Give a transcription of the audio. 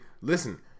listen